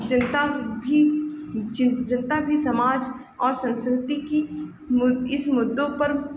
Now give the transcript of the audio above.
जनता भी जनता भी समाज और सँस्कृति के इस मुद्दों पर